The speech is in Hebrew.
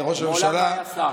יושב-ראש ועדת הכספים,